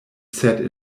said